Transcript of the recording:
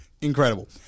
incredible